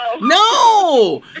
No